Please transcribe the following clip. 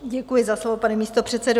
Děkuji za slovo, pane místopředsedo.